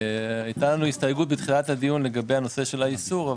הייתה לנו הסתייגות בתחילת הדיון לגבי האיסור.